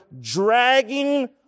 dragging